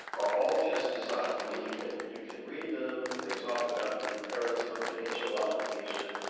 are all just designed i mean, you can you can read them. they talk about the occurrence of a financial obligation,